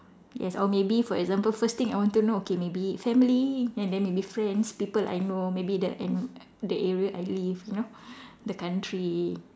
yes or maybe for example first thing I want to know okay maybe family and then maybe friends people I know maybe the an~ the area I live you know the country